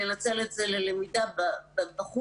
לנצל את זה ללמידה בחוץ,